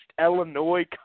Illinois